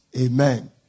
Amen